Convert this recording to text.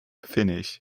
finnish